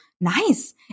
nice